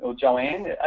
Joanne